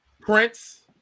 Prince